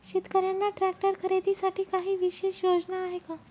शेतकऱ्यांना ट्रॅक्टर खरीदीसाठी काही विशेष योजना आहे का?